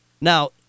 Now-